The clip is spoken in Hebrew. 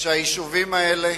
שהיישובים האלה